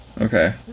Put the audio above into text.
Okay